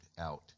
out